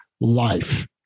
life